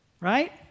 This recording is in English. Right